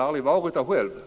hade varit där själva.